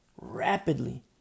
Rapidly